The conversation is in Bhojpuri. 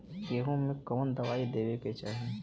गेहूँ मे कवन दवाई देवे के चाही?